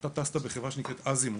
אתה טסת בחברה שנקראת "אזימוט".